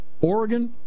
Oregon